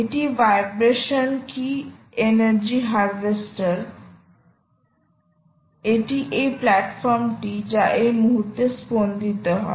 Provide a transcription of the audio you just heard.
এটি ভাইব্রেশন কি energy harvester এটি এই প্ল্যাটফর্মটি যা এই মুহুর্তে স্পন্দিত হয়